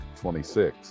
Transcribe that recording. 26